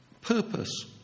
purpose